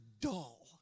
dull